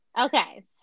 Okay